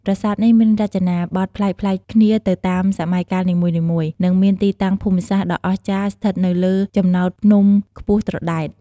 ប្រាសាទនេះមានរចនាបថប្លែកៗគ្នាទៅតាមសម័យកាលនីមួយៗ និងមានទីតាំងភូមិសាស្ត្រដ៏អស្ចារ្យស្ថិតនៅលើចំណោតភ្នំខ្ពស់ត្រដែត។